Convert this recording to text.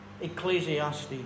Ecclesiastes